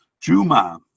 Juma